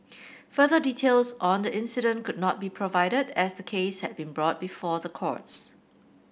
further details on the incident could not be provided as the case had been brought before the courts